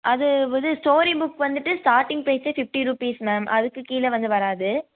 அது இது story book வந்துவிட்டு ஸ்டார்ட்டிங் ப்ரைஸ்ஸே ஃபிஃப்டி ருபீஸ் மேம் அதுக்கு கீழே வந்து வராது